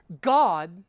God